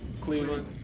Cleveland